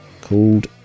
called